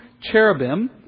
cherubim